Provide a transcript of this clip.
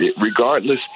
regardless